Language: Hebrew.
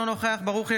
אינו נוכח אליהו ברוכי,